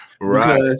right